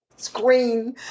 screen